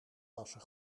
passen